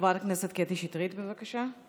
חברת הכנסת קטי שטרית, בבקשה.